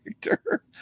character